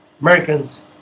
Americans